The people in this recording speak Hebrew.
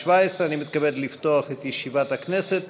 -ראש הכנסת,